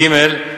ג.